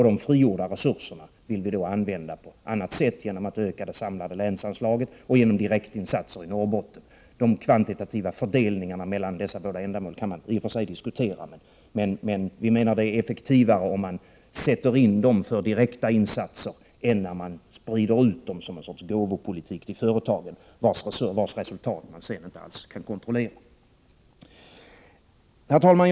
De frigjorda resurserna vill vi använda till en ökning av det samlade länsanslaget och till direkta insatser i Norrbotten. De kvantitativa fördelningarna mellan dessa båda ändamål kan man i och för sig diskutera, men vi menar att det är effektivare att använda medlen för direkta insatser än att sprida ut dem till företagen med någon sorts gåvopolitik, vars resultat man sedan inte alls kan kontrollera. Herr talman!